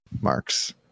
Marks